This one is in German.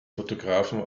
fotografen